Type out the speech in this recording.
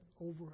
over